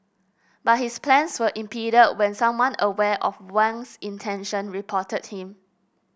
but his plans were impeded when someone aware of Wang's intention reported him